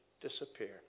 disappear